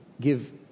give